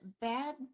bad